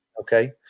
Okay